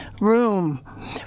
room